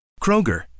Kroger